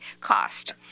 cost